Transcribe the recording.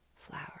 flower